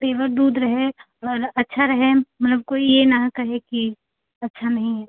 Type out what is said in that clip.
pure दूध रहे और अच्छा रहे मतलब कोई यह ना कहे कि अच्छा नहीं है